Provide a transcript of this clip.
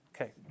Okay